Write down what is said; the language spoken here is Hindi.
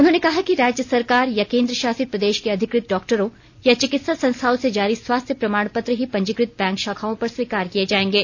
उन्होंने कहा कि राज्य सरकार या केंद्रशासित प्रदेश के अधिकृत डॉक्टरों या चिकित्सा संस्थाओं से जारी स्वास्थ्य प्रमाणपत्र ही पंजीकृत बैंक शाखाओं पर स्वीकार किए जाएंगे